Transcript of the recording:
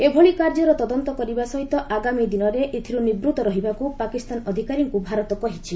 ଏଭଳି କାର୍ଯ୍ୟର ତଦନ୍ତ କରିବା ସହିତ ଆଗାମୀ ଦିନରେ ଏଥିରୁ ନିବୂତ ରହିବାକୁ ପାକିସ୍ତାନ ଅଧିକାରୀଙ୍କୁ ଭାରତ କହିଛି